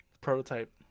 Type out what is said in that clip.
prototype